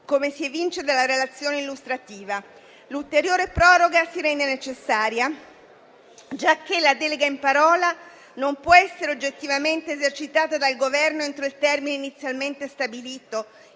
come si evince dalla relazione illustrativa. L'ulteriore proroga si rende necessaria giacché la delega in parola non può essere oggettivamente esercitata dal Governo entro il termine inizialmente stabilito